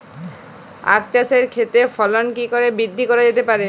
আক চাষের ক্ষেত্রে ফলন কি করে বৃদ্ধি করা যেতে পারে?